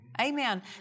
Amen